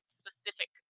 specific